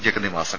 Jagannivasan